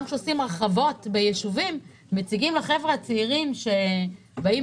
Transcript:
גם כשעושים הרחבות בישובים מציגים לחבר'ה הצעירים שבאים